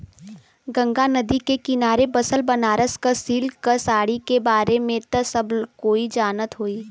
गंगा नदी के किनारे बसल बनारस क सिल्क क साड़ी के बारे में त सब कोई जानत होई